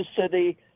City